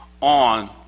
on